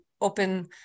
open